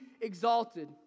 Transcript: exalted